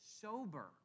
sober